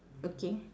okay